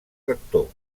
rector